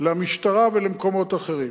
למשטרה ולמקומות אחרים.